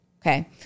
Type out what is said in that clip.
Okay